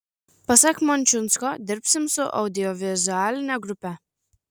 pasak mončiunsko dirbsim su audiovizualine grupe